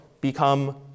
become